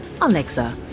Alexa